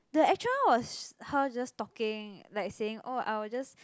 the actual one was her just talking like saying oh I will just